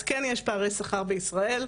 אז כן יש פערי שכר בישראל.